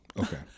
Okay